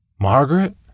Margaret